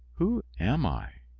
who am i?